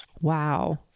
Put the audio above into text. Wow